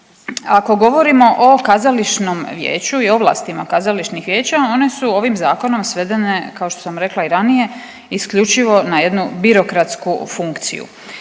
ako govorimo o kazališnom vijeću i ovlastima kazališnih vijeća one su ovim zakonom svedene kao što sam rekla i ranije isključivo na jednu birokratsku funkciju.